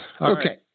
Okay